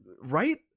right